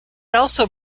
also